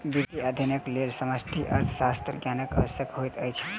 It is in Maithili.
वित्तीय अध्ययनक लेल समष्टि अर्थशास्त्रक ज्ञान आवश्यक होइत अछि